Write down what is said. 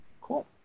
Cool